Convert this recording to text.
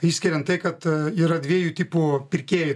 išskiriant tai kad yra dviejų tipų pirkėjai